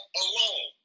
alone